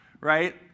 right